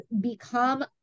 become